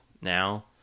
now